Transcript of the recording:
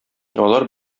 алар